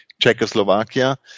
Czechoslovakia